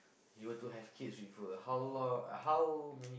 you were to have kids with her ah how long uh how many